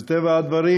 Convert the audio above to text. מטבע הדברים,